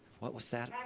what was that?